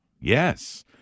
yes